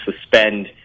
suspend